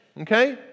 okay